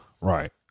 Right